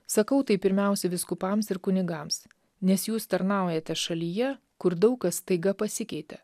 sakau tai pirmiausia vyskupams ir kunigams nes jūs tarnaujate šalyje kur daug kas staiga pasikeitė